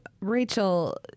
Rachel